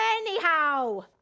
Anyhow